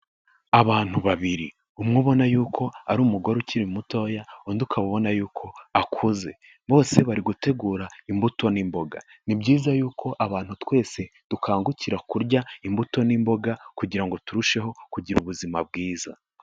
Abantu babiri. umwe ubona yuko ari umugore ukiri mutoya, undi ukaba ubona yuko akuze; bose bari gutegura imbuto n'imboga. Ni byiza yuko abantu twese dukangukira kurya imbuto n'imboga kugira ngo turusheho kugira ubuzima bwiza.